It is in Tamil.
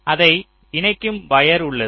அதை இணைக்கும் வயர் உள்ளது